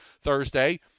Thursday